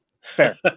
Fair